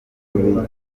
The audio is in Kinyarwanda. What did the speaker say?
kubarizwa